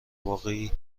واقعی